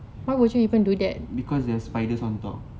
because are spiders on top